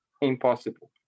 impossible